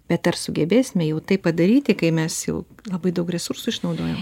bet ar sugebėsime jau tai padaryti kai mes jau labai daug resursų išnaudojam